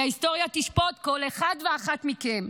כי ההיסטוריה תשפוט כל אחד ואחת מכם.